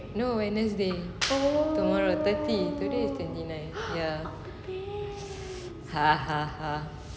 no wednesday tomorrow thirty today is twenty nine ya hahaha